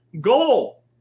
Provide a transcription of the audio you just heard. goal